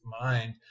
mind